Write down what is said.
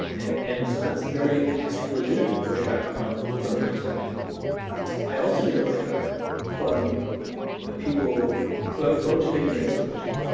and and so that's a very, i think, a legitimate pushback from their perspective i also get pushback from ah people who have a bone to pick against religion.